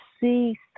see